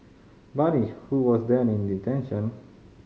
Bani who was then in detention